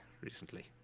recently